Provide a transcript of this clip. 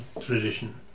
tradition